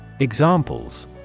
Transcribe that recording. Examples